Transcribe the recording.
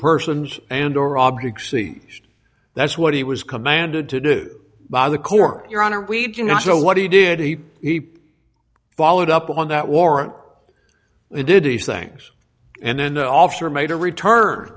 persons and or objects see that's what he was commanded to do by the court your honor we do not know what he did he he followed up on that warrant it did ease things and then the officer made a return